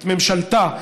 את ממשלתה,